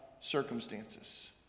circumstances